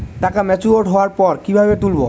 টাকা ম্যাচিওর্ড হওয়ার পর কিভাবে তুলব?